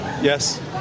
Yes